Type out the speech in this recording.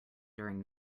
during